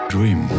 Dream